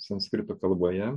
sanskrito kalboje